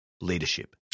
leadership